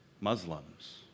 Muslims